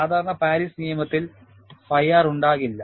സാധാരണ പാരീസ് നിയമത്തിൽ phi R ഉണ്ടാകില്ല